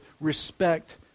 respect